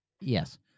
Yes